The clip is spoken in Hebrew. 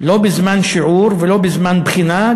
לא בזמן שיעור ולא בזמן בחינה,